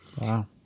Wow